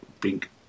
Pink